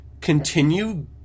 continue